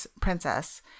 Princess